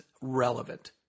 relevant